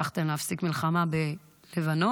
הצלחתם להפסיק מלחמה בלבנון,